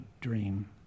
dream